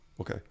okay